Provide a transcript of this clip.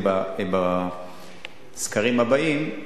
זה יהיה בסקרים הבאים.